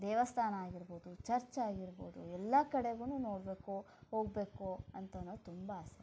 ದೇವಸ್ಥಾನ ಆಗಿರ್ಬೋದು ಚರ್ಚ್ ಆಗಿರ್ಬೋದು ಎಲ್ಲ ಕಡೆಗೂ ನೋಡಬೇಕು ಹೋಗ್ಬೇಕು ಅಂತ ಅನ್ನೋದು ತುಂಬ ಆಸೆ